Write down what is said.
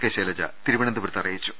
K Shailaja തിരുവനന്തപുരത്ത് അറിയിച്ചു